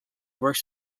works